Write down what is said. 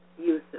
uses